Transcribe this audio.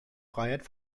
freiheit